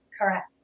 Correct